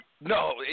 No